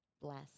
Bless